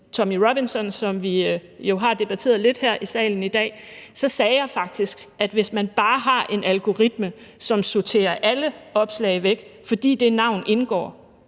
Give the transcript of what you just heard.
Tommy Robinson, som vi jo har debatteret lidt her i salen i dag, så sagde jeg faktisk, at hvis man bare har en algoritme, som sorterer alle opslag væk, fordi det navn indgår,